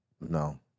No